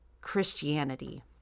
Christianity